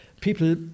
people